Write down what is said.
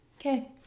okay